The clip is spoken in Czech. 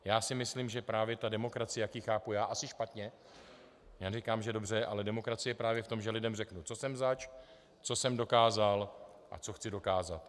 Já si myslím, že právě ta demokracie, jak ji chápu já, asi špatně, neříkám, že dobře, ale demokracie je právě v tom, že lidem řeknu, co jsem zač, co jsem dokázal a co chci dokázat.